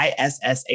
ISSA